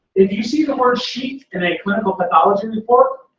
if you see the word sheet in a clinical pathology report,